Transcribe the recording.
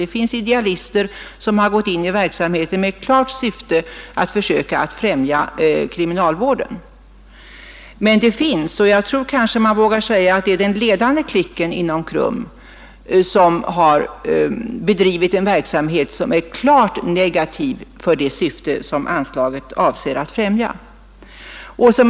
Det finns idealister som gått in i verksamheten med klart syfte att främja kriminalvården. Men det finns — och jag tror kanske man vågar säga att det är den ledande klicken inom KRUM — de som bedrivit en verksamhet som är klart negativ till det syfte som anslaget avser att främja.